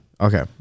Okay